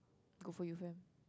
go for event